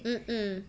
mmhmm